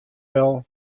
del